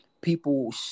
people